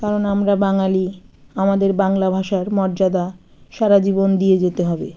কারণ আমরা বাঙালি আমাদের বাংলা ভাষার মর্যাদা সারা জীবন দিয়ে যেতে হবে